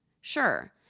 Sure